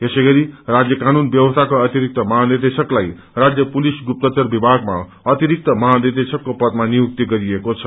यसैगरी राष्य कानून व्यवस्थाकोअतिरिक्त महानिदेशलाई राजय पुलिस गुप्ताचर विभागमा अतिरिक्त महानिदेशकको पदमा नियुक्त गरिएको छ